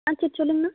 ஆ சரி சொல்லுங்கண்ணா